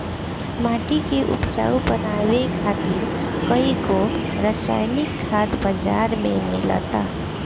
माटी के उपजाऊ बनावे खातिर कईगो रासायनिक खाद बाजार में मिलता